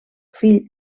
fill